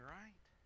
right